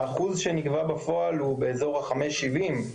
האחוז שנגבה בפועל הוא באזור ה-5.70.